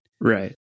Right